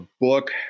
book